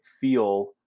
feel